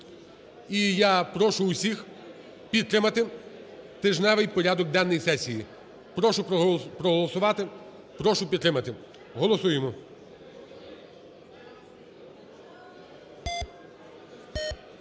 І я прошу усіх підтримати тижневий порядок денний сесії. Прошу проголосувати. Прошу підтримати. Голосуємо.